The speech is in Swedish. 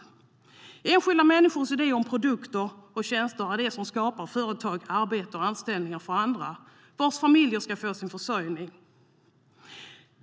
Enskilda människors idéer om produkter och tjänster är det som skapar företag, arbete och anställningar för andra, vars familjer ska få sin försörjning.